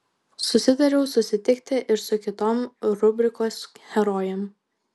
susitariau susitikti ir su kitom rubrikos herojėm